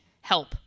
help